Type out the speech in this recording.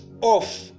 off